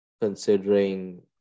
considering